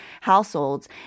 households